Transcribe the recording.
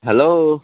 hello